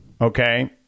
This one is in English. Okay